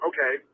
okay